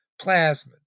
plasmids